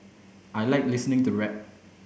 I like listening to rap